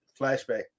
flashback